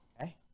Okay